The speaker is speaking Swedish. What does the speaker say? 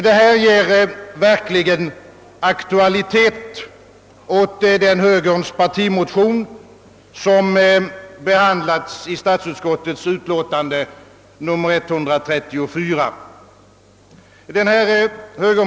Det ger verkligen aktualitet åt den högerns partimotion, som behandlas i statsutskottets utlåtande nr 134.